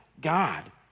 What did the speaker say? God